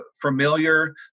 familiar